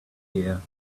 here